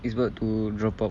it's about to drop out